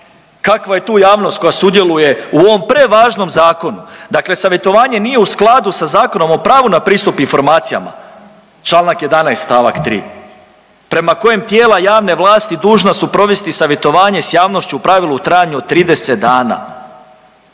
Kakva je tu javnost koja sudjeluje u ovom prevažnom zakonu? Dakle savjetovanje nije u skladu sa Zakonom o pravu na pristup informacijama, čl. 11 st. 3 prema kojem tijela javne vlasti dužna su provesti savjetovanje s javnošću u pravilu u trajanju od 30 dana.